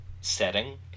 setting